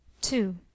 TWO